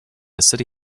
city